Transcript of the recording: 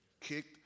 Kicked